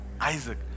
Isaac